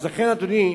לכן, אדוני,